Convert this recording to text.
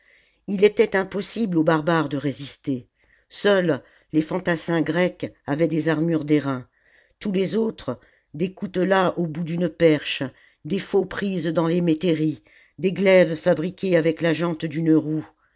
il était impossible aux barbares de résister seuls les fantassins grecs avaient des armures d'airain tous les autres des coutelas au bout d'une perche des faux prises dans les métairies des glaives fabriqués avec la jante d'une roue